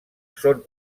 són